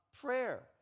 prayer